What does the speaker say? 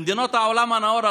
במדינות העולם הנאור,